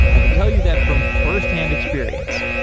i can tell you that from firsthand experience,